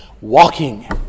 Walking